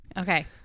Okay